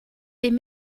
bum